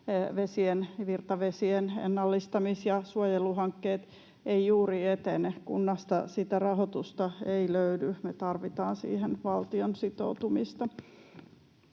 virtavesien ennallistamis- ja suojeluhankkeet eivät juuri etene. Kunnasta sitä rahoitusta ei löydy. Me tarvitaan siihen valtion sitoutumista.